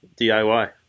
DIY